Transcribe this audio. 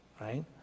Right